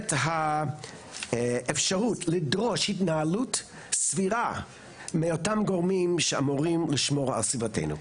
את האפשרות לדרוש התנהלות סבירה מאותם גורמים שאמורים לשמור על סביבתנו,